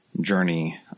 journey